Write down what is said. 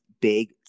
big